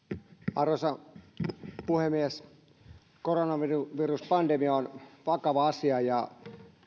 arvoisa puhemies koronaviruspandemia on vakava asia ja